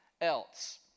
else